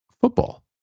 football